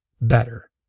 better